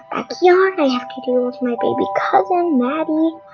i yeah have to deal with my baby cousin, maddie